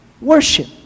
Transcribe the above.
worship